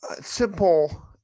Simple